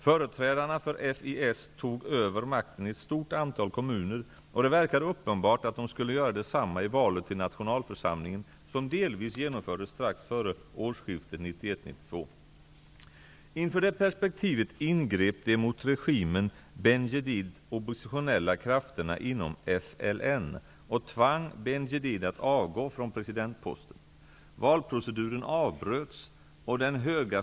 Företrädarna för FIS tog över makten i ett stort antal kommuner, och det verkade uppenbart att de skulle göra detsamma i valet till nationalförsamlingen som delvis genomfördes strax före årsskiftet 1991/92. Inför det perspektivet ingrep de mot regimen Benjedid oppositionella krafterna inom FLN och tvang Benjedid att avgå från presidentposten.